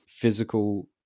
Physical